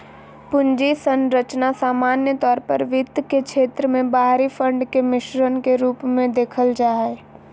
पूंजी संरचना सामान्य तौर पर वित्त के क्षेत्र मे बाहरी फंड के मिश्रण के रूप मे देखल जा हय